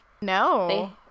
No